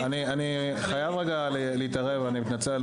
אני חייב להתערב, אני מתנצל.